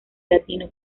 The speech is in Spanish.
latino